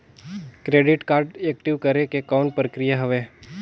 Credit card active करे के कौन प्रक्रिया हवे?